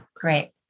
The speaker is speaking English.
Great